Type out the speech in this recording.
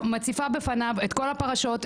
מציפה בפניו את כל הפרשות,